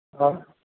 hello